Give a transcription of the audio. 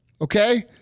Okay